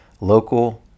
local